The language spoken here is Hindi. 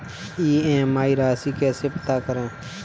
ई.एम.आई राशि कैसे पता करें?